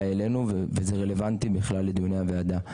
אלינו וזה רלוונטי בכלל לדיוני הוועדה.